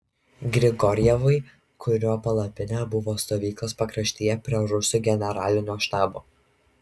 grigorjevui kurio palapinė buvo stovyklos pakraštyje prie rusų generalinio štabo